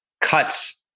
cuts